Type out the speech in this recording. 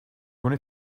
going